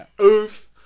Oof